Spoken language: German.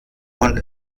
und